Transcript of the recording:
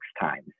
times